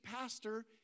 pastor